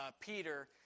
Peter